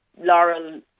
laurel